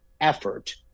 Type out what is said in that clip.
effort